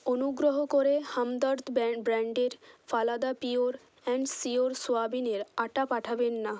অনুগ্রহ করে হামদার্দ ব্র্যা ব্র্যান্ডের ফালাদা পিওর অ্যান্ড শিওর সোয়াবিনের আটা পাঠাবেন না